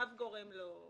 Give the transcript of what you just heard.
אף גורם לא ניסה.